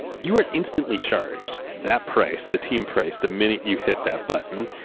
you are instantly charged that price, the team price, the minute you hit that button.